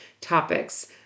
topics